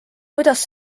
kuidas